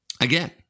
again